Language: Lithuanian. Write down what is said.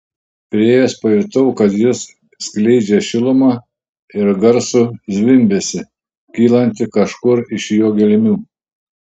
priėjęs pajutau kad jis skleidžia šilumą ir garsų zvimbesį kylantį kažkur iš jo gelmių